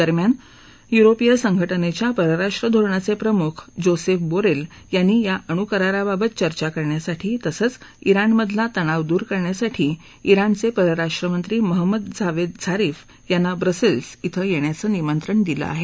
दरम्यान युरोपिय संघटनेच्या परराष्ट्र धोरणाचे प्रमुख जोसेफ बोरेल यांनी या अणूकराराबाबत चर्चा करण्यासाठी तसंच ित्राणमधला तणाव दूर करण्यासाठी ञिणचे परराष्ट्रमंत्री महम्मद जावेद झारिफ यांना ब्रुसेल्स श्वं येण्याचं निमंत्रण दिलं आहे